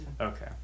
okay